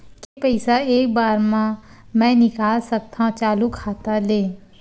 के पईसा एक बार मा मैं निकाल सकथव चालू खाता ले?